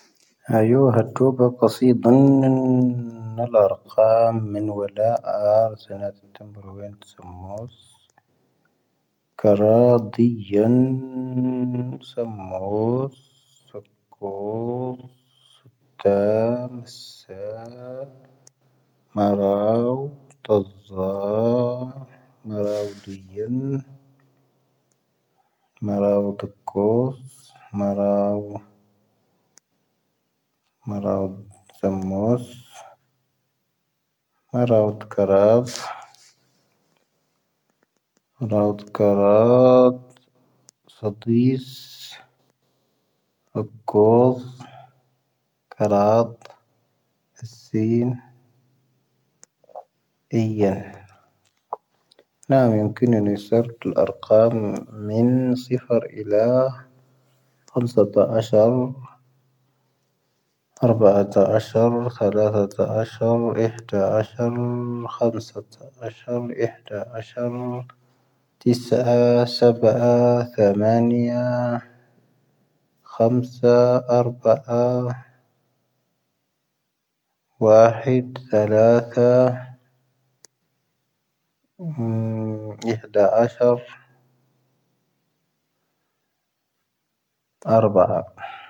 ⵀⴰⵢⵓ ⵀⴰⴷⵡⴰⴱ ⵇⴰⵙⵉⴷⵓⵏ ⴰⵍ-ⴰⵔⵇⴰ ⵎⵉⵏⵡⴰⵍⴰ ⴰⵔ ⵣⵉⵏⴰⵜⵉⵜⵉⵎⴱⴰⵡⵉⵏ ⵜⵣⴰⵎoⵙ. ⴽⴰⵔⴰⴷⵉⵢⴰⵏ ⵜⵣⴰⵎoⵙ. ⵙⴰⴽoⵙ. ⵙⵓⵜⴰⵎ. ⵉⵙⵙⴰ. ⵎⴰⵔⴰⵡ. ⵜⴰⵣⴰ. ⵎⴰⵔⴰⵡⴷⵉⵢⴰⵏ. ⵎⴰⵔⴰⵡⴷⴰⴽoⵙ. ⵎⴰⵔⴰⵡ. ⵎⴰⵔⴰⵡⴷ ⵜⵣⴰⵎoⵙ. ⵎⴰⵔⴰⵡⴷ ⴽⴰⵔⴰⴷ. ⵎⴰⵔⴰⵡⴷ ⴽⴰⵔⴰⴷ. ⵙⴰⴷⵉⵙ. ⴰⴳⴳoⵙ. ⴽⴰⵔⴰⴷ. ⵜⵣⵉⵏ. ⵉⵢⴰ. ⵏⴰ ⵎⵉⵏⴽⵉⵏ ⵏⵉ ⵙⵉⵔⵜ ⴰⵍ-ⴰⵔⵇⴰ ⵎⵉⵏⵡⴰⵍⴰ. ⵙⵉⴼⴰⵔ ⵉⵍⴰⵀⴰ. ⵀⴰⵏⵙⴰⵜⴰⵀⴰⵙⵀⴰⵔ. ⴰⵔⴱⴰⴰⵜⴰⵙⵀⴰⵔ. ⴽⴰⵔⴰⴷⴰⵜⴰⵙⵀⴰⵔ. ⵉⵀⴰ'ⴷⴰⴰⵙⵀⴰⵔ. ⴽⵀⴰⵎⵙⴰⵜⴰⵀⴰⵙⵀⴰⵔ. ⵉⵀⴰ'ⴷⴰⴰⵙⵀⴰⵔ. ⵜⵉⵙⴰⴰ. ⵙⴰⴱⴰⴰ. ⵜⵀⴰⵎⴰⵏⵉⴰ. ⴽⵀⴰⵎⵙⴰ. ⴰⵔⴱⴰⴰ. ⵡⴰⵀⵉⴷ. ⵜⵣⴰⵍⴰⴽⴰ. ⵉⵀⴰ'ⴷⴰⴰⵙⵀⴰⵔ. ⴰⵔⴱⴰⴰ.